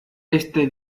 este